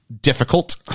difficult